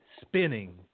spinning